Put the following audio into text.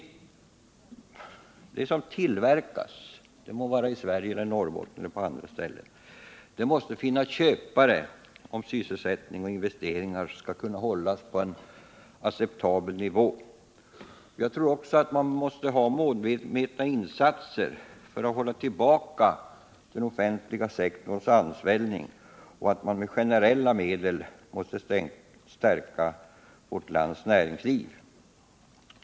Det som tillverkas — det må vara i Norrbotten eller på andra ställen — måste finna köpare, om sysselsättning och investeringar skall kunna hållas på en acceptabel nivå. Jag tror också att man måste göra målmedvetna insatser för att hålla tillbaka den offentliga sektorns ansvällning och att man med generella medel måste stärka vårt lands näringsliv.